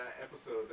episode